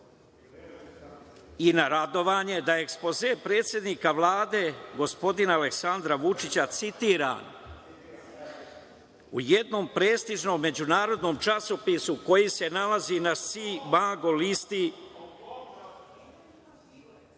i na radovanje da je ekspoze predsednika Vlade gospodina Aleksandra Vučića, citira u jednom prestižnom međunarodnom časopisu koji se nalazi na „Scimago“ listi,(